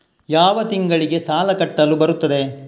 ಯಾವ ತಿಂಗಳಿಗೆ ಸಾಲ ಕಟ್ಟಲು ಬರುತ್ತದೆ?